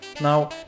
Now